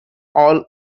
all